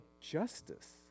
justice